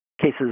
cases